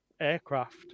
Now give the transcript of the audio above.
aircraft